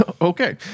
Okay